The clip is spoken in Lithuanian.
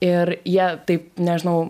ir jie taip nežinau